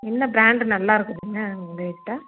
என்ன ப்ராண்டு நல்லாருக்குதுங்க உங்கக்கிட்ட